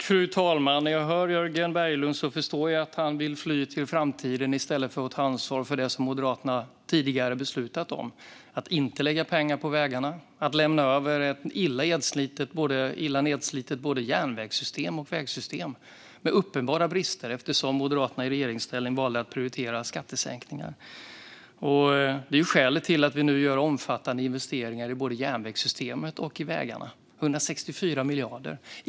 Fru talman! När jag hör Jörgen Berglund förstår jag att han vill fly till framtiden i stället för att ta ansvar för det som Moderaterna tidigare beslutat om: att inte lägga pengar på vägarna, att lämna över ett svårt nedslitet järnvägs och vägsystem med uppenbara brister, eftersom Moderaterna i regeringsställning valde att prioritera skattesänkningar. Detta är skälet till att vi nu gör omfattande investeringar i både järnvägssystemet och vägarna - 164 miljarder.